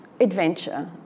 Adventure